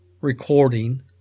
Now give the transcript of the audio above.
recording